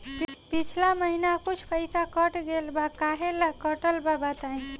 पिछला महीना कुछ पइसा कट गेल बा कहेला कटल बा बताईं?